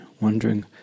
wondering